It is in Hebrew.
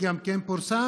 גם כן פורסם,